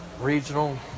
regional